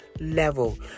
level